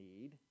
need